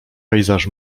pejzaż